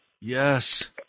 Yes